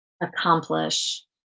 accomplish